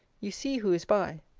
you see who is by.